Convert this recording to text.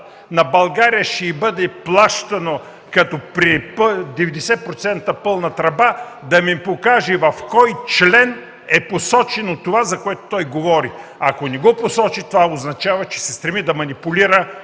на България ще й бъде плащано като при 90% пълна тръба, да покаже в кой член е посочено това, за което той говори. Ако не го посочи, това означава, че се стреми да манипулира